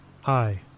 Hi